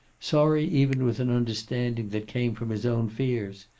sorry even with an understanding that came from his own fears.